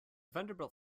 vanderbilt